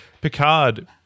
Picard